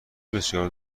بسیار